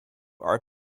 are